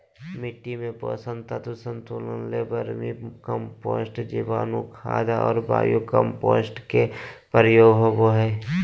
मिट्टी में पोषक तत्व संतुलन ले वर्मी कम्पोस्ट, जीवाणुखाद और बायो कम्पोस्ट के प्रयोग होबो हइ